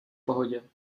pohodě